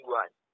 one